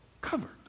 covered